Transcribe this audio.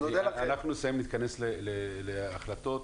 אנחנו נסיים ונתכנס להחלטות.